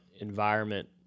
environment